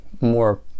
more